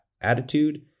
attitude